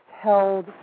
held